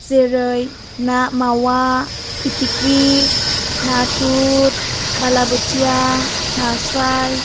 जेरै ना मावा फिथिख्रि नाथुर बाला बोथिया नास्राय